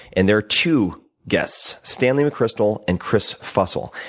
and there are two guests stanley mcchrystal and chris fussell.